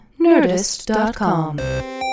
Nerdist.com